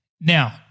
Now